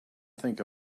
think